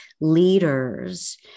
leaders